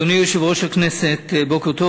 אדוני יושב-ראש הכנסת, בוקר טוב.